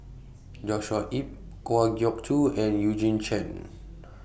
Joshua Ip Kwa Geok Choo and Eugene Chen